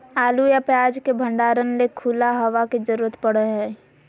आलू या प्याज के भंडारण ले खुला हवा के जरूरत पड़य हय